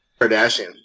Kardashian